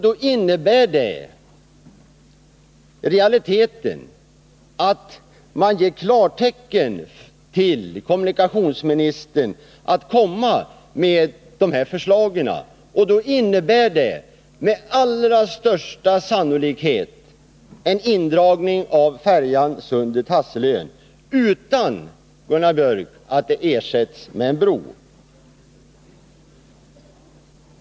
Det innebär i realiteten att man ger klartecken till kommunikationsministern att framlägga ett sådant här förslag. Det kommer med allra största sannolikhet att innebära en indragning av färjeförbindelsen Sundet-Hasselön utan att färjan ersätts med en bro.